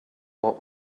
what